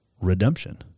redemption